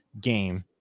game